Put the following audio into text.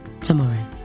tomorrow